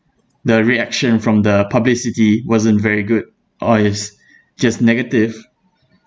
the reaction from the publicity wasn't very good or it's just negative